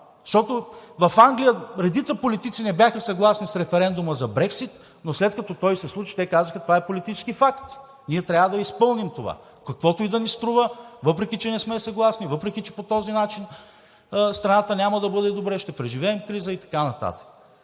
защото в Англия редица политици не бяха съгласни с референдума за Брекзит, но след като той се случи, те казаха: това е политически факт, ние трябва да изпълним това, каквото и да ни струва, въпреки че не сме съгласни, въпреки че по този начин страната няма да бъде добре, ще преживеем криза и така нататък.